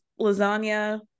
lasagna